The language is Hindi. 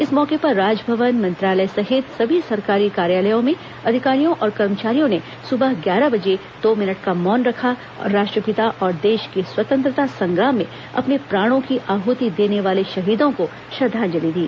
इस मौके पर राजभवन मंत्रालय सहित सभी सरकारी कार्यालयों में अधिकारियों और कर्मचारियों ने सुबह ग्यारह बजे दो मिनट का मौन रखा और राष्ट्रपिता और देश के स्वतंत्रता संग्राम में अपने प्राणों की आहृति र्दने वाले शहीदों को श्रद्वांजलि दी